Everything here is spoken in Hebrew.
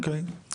אוקיי.